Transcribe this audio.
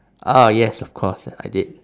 oh yes of course ah I did